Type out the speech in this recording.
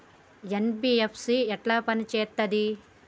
NBFC ఎట్ల పని చేత్తది?